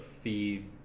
feed